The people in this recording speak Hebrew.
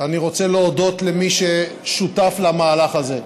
אני רוצה להודות למי ששותף למהלך הזה,